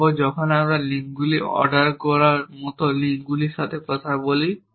তারপর যখন আমরা লিঙ্কগুলি অর্ডার করার মতো লিঙ্কগুলির কথা বলি